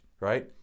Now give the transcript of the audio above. right